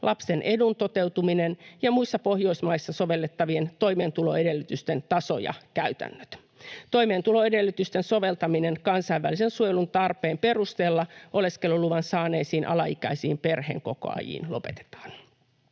lapsen edun toteutuminen ja muissa Pohjoismaissa sovellettavien toimeentuloedellytysten taso ja käytännöt”. ”Toimeentuloedellytyksen soveltaminen kansainvälisen suojelun tarpeen perusteella oleskeluluvan saaneisiin alaikäisiin perheenkokoajiin lopetetaan.”